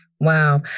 Wow